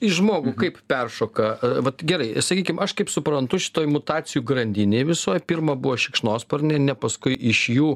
į žmogų kaip peršoka vat gerai sakykim aš kaip suprantu šitoj mutacijų grandinėj visoj pirma buvo šikšnosparniai ne paskui iš jų